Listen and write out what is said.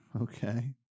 Okay